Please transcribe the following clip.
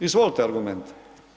Izvolite argumente.